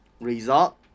result